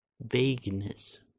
vagueness